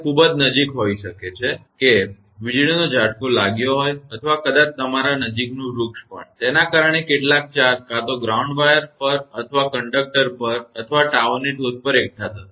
તે ખૂબ જ નજીક હોઈ શકે છે કે વીજળીનો ઝટકો લાગ્યો હોય અથવા કદાચ તમારા નજીકનું વૃક્ષ પણ તેના કારણે કેટલાક ચાર્જ કાં તો ગ્રાઉન્ડ વાયર પર અથવા કંડક્ટર પર અથવા ટાવરની ટોચ પર એકઠા થશે